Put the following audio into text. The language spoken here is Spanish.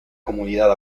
comunidad